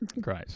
Great